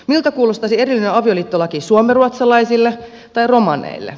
miltä kuulostaisi erillinen avioliittolaki suomenruotsalaisille tai romaneille